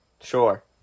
Sure